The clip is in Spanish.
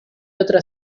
otra